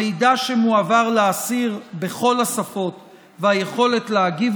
המידע שמועבר לאסיר בכל השפות ויכולתו להגיב